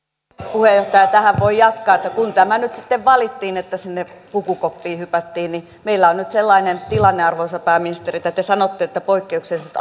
puheenjohtaja tähän voi jatkaa että kun nyt sitten valittiin tämä että sinne pukukoppiin hypättiin niin meillä on nyt sellainen tilanne arvoisa pääministeri että te sanotte että poikkeukselliset